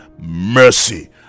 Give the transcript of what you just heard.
mercy